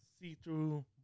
see-through